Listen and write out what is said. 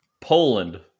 Poland